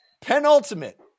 penultimate